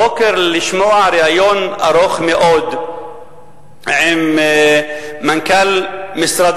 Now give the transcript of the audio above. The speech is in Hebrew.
לשמוע ריאיון ארוך מאוד עם מנכ"ל משרד